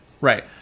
right